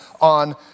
on